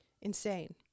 Insane